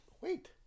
Wait